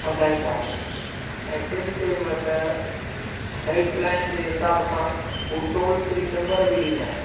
वधाईंदा आहिनि ऐं केॾी केॾी महिल त हेल्पलाइन जे हिसाब सां उहे टोल फ्री नम्बर बि ॾींदा आहिनि